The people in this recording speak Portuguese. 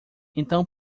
então